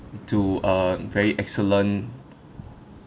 to a very excellent